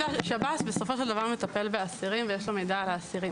שב"ס בסופו של דבר מטפל באסירים ויש לו מידע על האסירים,